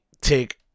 take